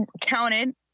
counted –